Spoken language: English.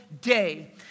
day